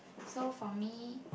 so for me